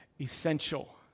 essential